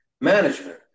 management